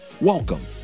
Welcome